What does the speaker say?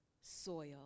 soil